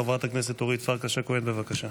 חברת הכנסת אורית פרקש הכהן, בבקשה.